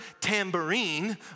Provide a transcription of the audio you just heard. tambourine